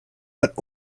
but